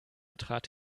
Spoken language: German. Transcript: betrat